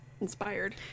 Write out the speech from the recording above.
inspired